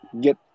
get